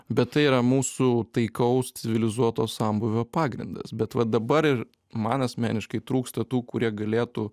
bet tai yra mūsų taikaus civilizuoto sambūvio pagrindas bet va dabar ir man asmeniškai trūksta tų kurie galėtų